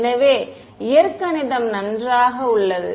எனவே இயற்கணிதம் நன்றாக உள்ளது